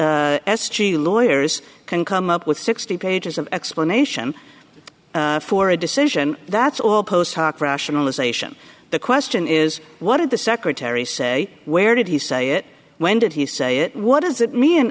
s g lawyers can come up with sixty pages of explanation for a decision that's all post hoc rationalization the question is what did the secretary say where did he say it when did he say it what does it mean